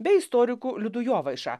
bei istoriku liudu jovaiša